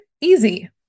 easy